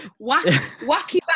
wacky